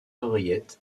oreillettes